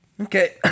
Okay